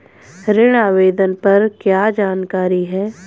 ऋण आवेदन पर क्या जानकारी है?